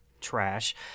trash